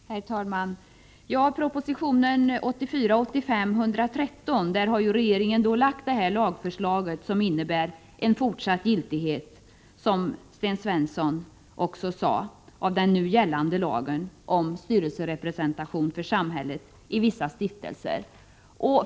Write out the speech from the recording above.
Herr talman! I proposition 1984/85:113 har regeringen lagt fram ett lagförslag som innebär fortsatt giltighet, som Sten Svensson också sade, av den nu gällande lagen om styrelserepresentation för samhället i vissa stiftelser.